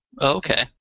Okay